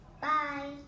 Bye